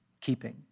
keeping